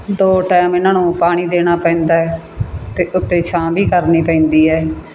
ਦੋ ਟਾਈਮ ਇਹਨਾਂ ਨੂੰ ਪਾਣੀ ਦੇਣਾ ਪੈਂਦਾ ਅਤੇ ਉੱਤੇ ਛਾਂ ਵੀ ਕਰਨੀ ਪੈਂਦੀ ਹੈ